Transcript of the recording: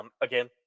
Again